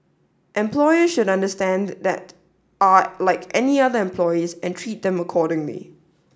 employer should understand that are like any other employees and treat them accordingly